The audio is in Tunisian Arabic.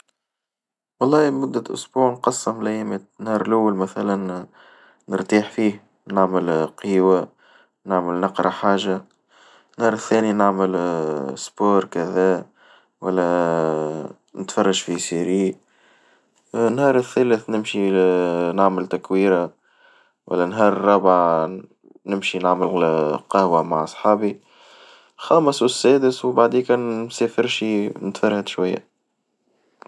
والله لمدة أسبوع نقسم الأيام نهار الأول مثلًا مرتاح فيه نعمل قيهوة نعمل نقرا حاجة، النهار الثاني نعمل سبور كذا والا نتفرج في سيري ،النهار الثالث نمشي نعمل تكويرة، النهار الرابع نمشي نعمل قهوة مع صحابي، الخامس والسادس وبعديكا نسافر شي نتفرهد شوية.